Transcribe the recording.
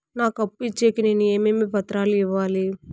నాకు అప్పు ఇచ్చేకి నేను ఏమేమి పత్రాలు ఇవ్వాలి